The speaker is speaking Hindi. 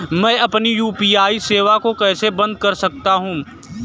मैं अपनी यू.पी.आई सेवा को कैसे बंद कर सकता हूँ?